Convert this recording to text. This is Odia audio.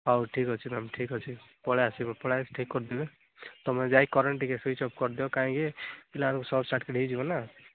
ହଉ ଠିକ୍ ଅଛି ମ୍ୟାମ୍ ଠିକ୍ ଅଛି ପଳାଇଆସିବି ପଳାଇଆସିକି ଠିକ୍ କରିଦେବି ତମେ ଯାଇକି କରେଣ୍ଟ ଟିକିଏ ସୁଇଚ୍ ଅଫ କରିଦିଅ କାହିଁକି ପିଲାମାନଙ୍କୁ ସର୍ଟ ସାର୍କିଟ୍ ହେଇଯିବ ନା